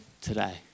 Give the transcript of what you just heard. today